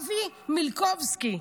אבי מיליקובסקי,